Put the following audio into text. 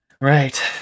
right